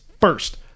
First